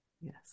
Yes